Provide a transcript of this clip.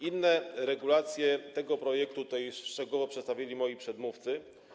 Inne regulacje tego projektu szczegółowo przedstawili moi przedmówcy.